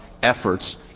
efforts